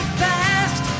fast